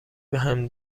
بهم